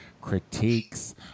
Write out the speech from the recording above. critiques